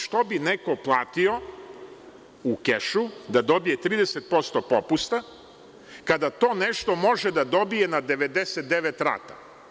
Što bi neko platio u kešu da dobije 30% popusta kada to nešto može da dobije na 99 rata.